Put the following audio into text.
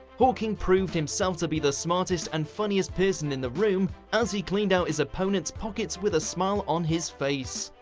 hawking proved himself to be the smartest and funniest person in the room, as he cleaned out opponents' pockets with a smile on his face.